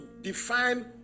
define